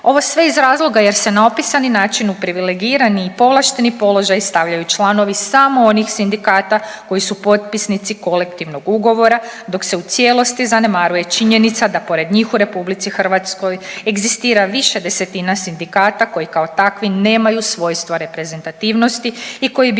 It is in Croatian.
Ovo sve iz razloga jer se na opisani način u privilegirani i povlašteni položaj stavljaju članovi samo onih sindikata koji su potpisnici kolektivnog ugovora dok se u cijelosti zanemaruje činjenica da pored njih u Republici Hrvatskoj egzistira više desetina sindikata koji kao takvi nemaju svojstva reprezentativnosti i koji bi